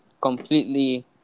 completely